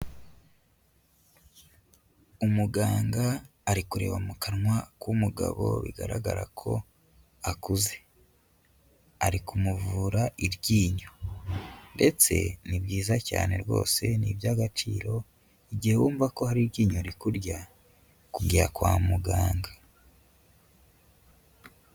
Umuganga ari kureba mu kanwa k'umugabo bigaragara ko akuze, ari kumuvura iryinyo. Ndetse ni byiza cyane rwose, ni iby'agaciro igihe wumva ko hari iryinyo rikurya, kujya kwa muganga.